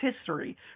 history